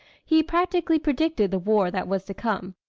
he practically predicted the war that was to come.